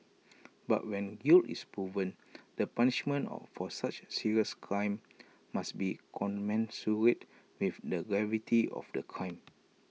but when guilt is proven the punishment of for such serious crimes must be commensurate with the gravity of the crime